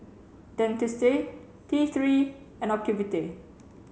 dentiste T three and Ocuvite